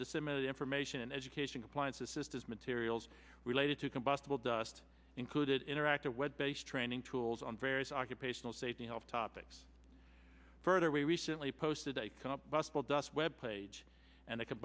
dissimilar the information and education compliance assistance materials related to combustible dust included interactive web based training tools on various occupational safety health topics further we recently posted a couple dust web page and the co